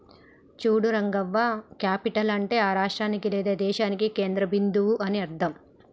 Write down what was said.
చూడు రంగవ్వ క్యాపిటల్ అంటే ఆ రాష్ట్రానికి లేదా దేశానికి కేంద్ర బిందువు అని అర్థం